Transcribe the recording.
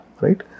Right